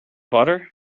butter